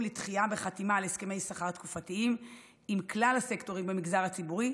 לדחיית החתימה על הסכמי שכר תקופתיים עם כלל הסקטורים במגזר הציבורי,